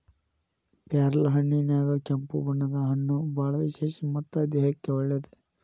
ಪ್ಯಾರ್ಲಹಣ್ಣಿನ್ಯಾಗ ಕೆಂಪು ಬಣ್ಣದ ಹಣ್ಣು ಬಾಳ ವಿಶೇಷ ಮತ್ತ ದೇಹಕ್ಕೆ ಒಳ್ಳೇದ